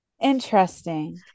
Interesting